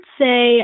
say